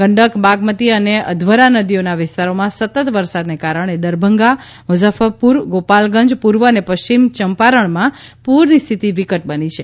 ગંડક બાગમતી અને અધ્વરા નદીઓના વિસ્તારોમાં સતત વરસાદને કારણે દરભંગા મુઝફ્ફરપુર ગોપાલગંજ પૂર્વ અને પશ્ચિમ ચંપારણમાં પૂરની પરિસ્થિતિ વિકટ બની છે